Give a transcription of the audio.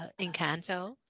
Encanto